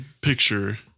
picture